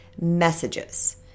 messages